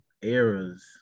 eras